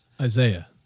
Isaiah